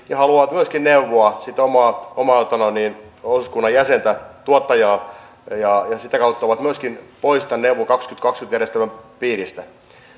ja jotka haluavat myöskin neuvoa sitä omaa osuuskunnan jäsentään tuottajaa ja sitä kautta ovat myöskin poissa tämän neuvo kaksituhattakaksikymmentä järjestelmän piiristä